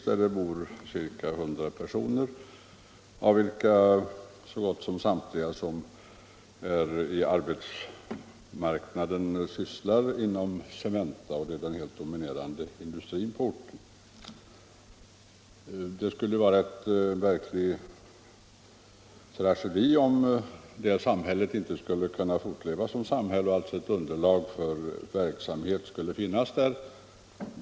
Där bor ca 1000 personer av vilka så gott som samtliga på arbetsmarknaden aktiva är sysselsatta inom Cementa, som är den helt dominerande industrin på orten. Det vore en verklig tragedi om samhället inte skulle kunna fortleva som samhälle och underlag för verksamhet inte finnas där.